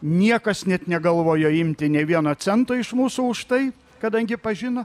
niekas net negalvojo imti nė vieno cento iš mūsų už tai kadangi pažino